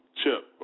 chip